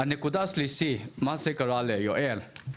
הנקודה השלישית, מה שקרה ליואל.